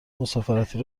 مسافرتی